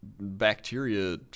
bacteria